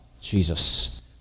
Jesus